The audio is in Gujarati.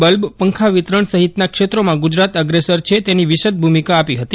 બલ્બ પંખા વિતરણ સહિતના ક્ષેત્રોમાં ગુજરાત અગ્રેસર છે તેની વિષદ ભૂમિકા આપી હતી